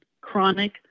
chronic